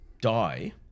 die